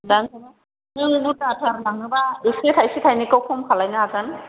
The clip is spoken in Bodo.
दा नों बुरजाथार लाङोबा एसे थाइसे थाइनैखौ खम खालायनो हागोन